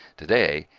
today,